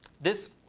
this,